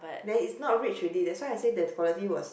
then it's not rich already that's why I say theirs quality was